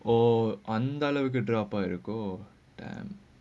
oh அதே அளவுக்கு:antha allavukku drop ஆயீருக்காதோ:aayeerukaatho